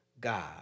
God